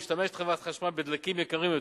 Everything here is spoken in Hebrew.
משתמשת חברת החשמל בדלקים יקרים יותר,